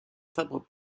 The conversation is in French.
timbre